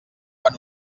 quan